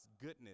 goodness